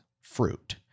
fruit